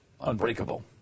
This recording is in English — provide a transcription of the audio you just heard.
Unbreakable